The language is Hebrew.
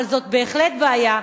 אבל זאת בהחלט בעיה,